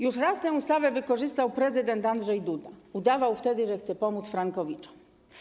Już raz tę ustawę wykorzystał prezydent Andrzej Duda, udawał wtedy, że chce pomóc frankowiczom.